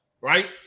right